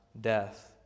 death